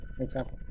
example